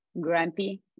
grumpy